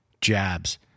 jabs